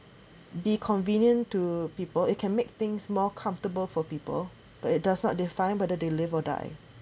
be convenient to people it can make things more comfortable for people but it does not define whether they live or die